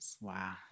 Wow